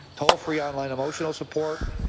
toll free online emotional support,